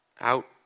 out